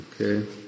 Okay